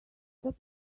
stop